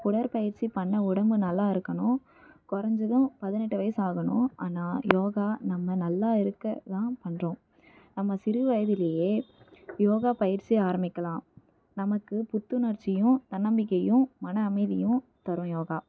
உடற்பயிற்சி பண்ண உடம்பு நல்லா இருக்கணும் குறைஞ்சதும் பதினெட்டு வயது ஆகணும் ஆனால் யோகா நம்ம நல்லா இருக்க தான் பண்ணுறோம் நம்ம சிறு வயதிலேயே யோகா பயிற்சியை ஆரமிக்கலாம் நமக்கு புத்துணர்ச்சியும் தன்னம்பிக்கையும் மன அமைதியும் தரும் யோகா